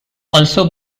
also